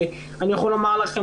ואני יכול לומר לכם,